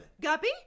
Guppy